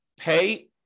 pay